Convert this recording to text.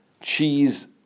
cheese